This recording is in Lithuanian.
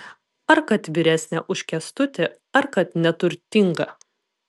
ar kad vyresnė už kęstutį ar kad neturtinga